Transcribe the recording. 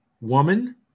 Woman